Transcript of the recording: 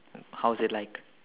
how's it like